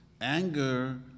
Anger